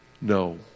No